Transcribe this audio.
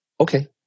Okay